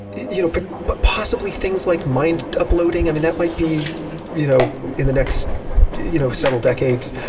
you know but possibly things like mind uploading, i mean, that might be you know in the next you know several decades.